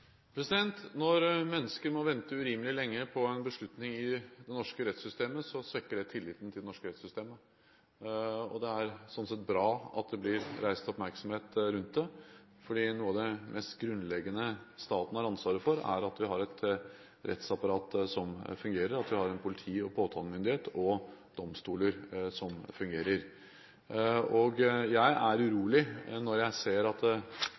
Når mennesker må vente urimelig lenge på en beslutning i det norske rettssystemet, svekker det tilliten til det norske rettssystemet. Det er slik sett bra at det blir reist oppmerksomhet rundt det, for noe av det mest grunnleggende staten har ansvaret for, er at vi har et rettsapparat som fungerer, at vi har politi, påtalemyndighet og domstoler som fungerer. Jeg er urolig når jeg ser at